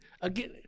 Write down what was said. again